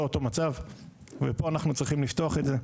אותו מצב ופה אנחנו צריכים לפתוח את זה?